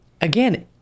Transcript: again